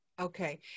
Okay